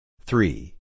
Three